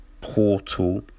portal